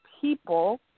people